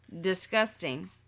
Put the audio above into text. disgusting